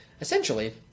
essentially